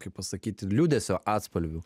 kaip pasakyti liūdesio atspalvių